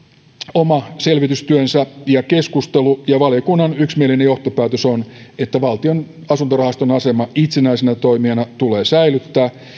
oma selvitystyönsä ja käytiin keskustelu ja valiokunnan yksimielinen johtopäätös on että valtion asuntorahaston asema itsenäisenä toimijana tulee säilyttää